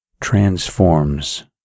transforms